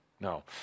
No